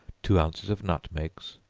two ounces of nutmegs,